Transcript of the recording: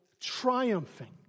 triumphing